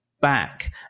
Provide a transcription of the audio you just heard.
back